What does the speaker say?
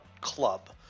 club